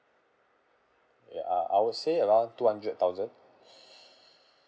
ya uh I would say around two hundred thousand